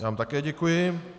Já vám také děkuji.